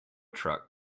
truck